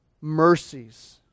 mercies